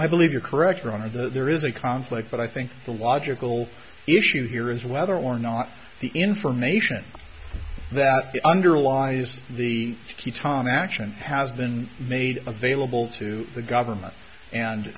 i believe you're correct one of the there is a conflict but i think the logical issue here is whether or not the information that underlies the teton action has been made available to the government and